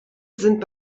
sind